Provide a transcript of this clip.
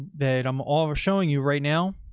that i'm all we're showing you right now.